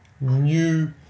new